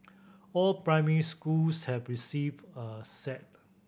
all primary schools have received a set